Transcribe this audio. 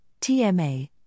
TMA